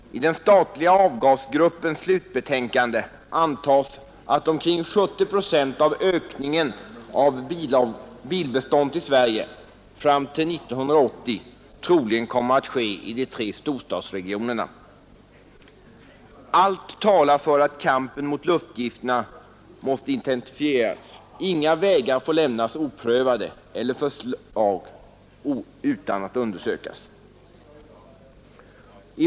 I den statliga avgasgruppens slutbetänkande antas att omkring 70 procent av ökningen av bilbeståndet i Sverige fram till 1980 troligen kommer att ske i de tre storstadsregionerna. Allt talar för att kampen mot luftgifterna måste intensifieras. Inga vägar får lämnas oprövade, alla förslag bör undersökas.